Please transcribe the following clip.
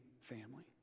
family